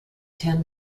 ten